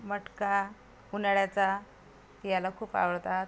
मटका उन्हाळ्याचा याला खूप आवडतात